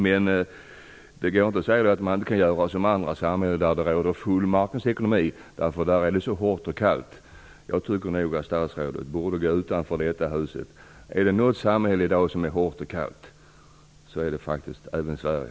Men det går inte att säga att man inte kan göra som andra samhällen där det råder full marknadsekonomi, därför att det där är så hårt och kallt. Jag tycker att statsrådet borde gå utanför detta hus. Är det något samhälle som i dag är hårt och kallt är det faktiskt Sverige.